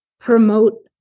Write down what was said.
promote